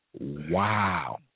wow